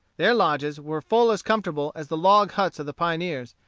their lodges were full as comfortable as the log huts of the pioneers,